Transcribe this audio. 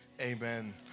Amen